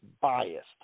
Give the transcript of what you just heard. biased